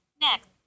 Next